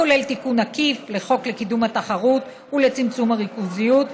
הכולל תיקון עקיף לחוק לקידום התחרות ולצמצום הריכוזיות,